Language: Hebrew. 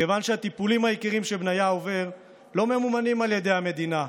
כיוון שהטיפולים היקרים שבניה עובר לא ממונים על ידי המדינה,